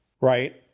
right